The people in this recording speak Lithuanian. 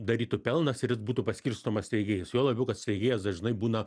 darytų pelnas būtų paskirstomas steigėjais juo labiau kad steigėjas dažnai būna